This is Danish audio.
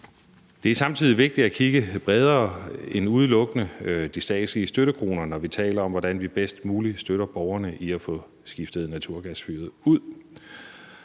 Det er samtidig vigtigt at kigge bredere end udelukkende på de statslige støttekroner, når vi taler om, hvordan vi bedst muligt støtter borgerne i at få skiftet naturgasfyret ud.